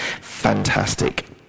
fantastic